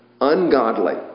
ungodly